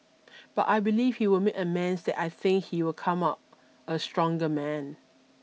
but I believe he will make amends that I think he will come out a stronger man